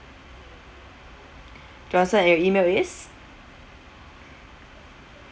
johnson and your email is